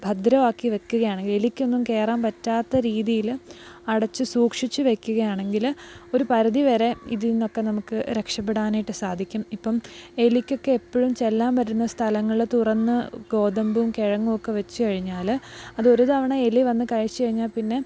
ഭദ്രമാക്കി വയ്ക്കുകയാണെങ്കില് എലിക്കൊന്നും കയറാൻ പറ്റാത്ത രീതിയില് അടച്ച് സൂക്ഷിച്ച് വയ്ക്കുകയാണെങ്കില് ഒരു പരിധിവരെ ഇതീന്നൊക്കെ നമുക്ക് രക്ഷപ്പെടാനായിട്ട് സാധിക്കും ഇപ്പോള് എലിക്കൊക്കെ എപ്പോഴും ചെല്ലാൻ പറ്റുന്ന സ്ഥലങ്ങള് തുറന്ന് ഗോതമ്പും കിഴങ്ങുമൊക്കെ വച്ചുകഴിഞ്ഞാല് അത് ഒരു തവണ എലി വന്ന് കഴിച്ചുകഴിഞ്ഞാല് പിന്നെ